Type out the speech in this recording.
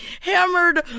Hammered